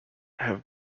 have